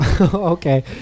okay